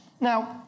Now